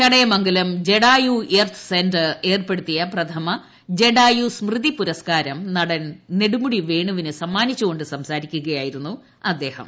Chadayamangalam Jatayu earth's centre ഏർപ്പെടുത്തിയപ്രഥമ ജടാ യുസ്മൃതി പുരസ്കാരം ് നടൻ നെടുമുടി വേണുവിന് സമ്മാനിച്ചു സംസാരിക്കുകയായിരുന്നു അദ്ദേഹം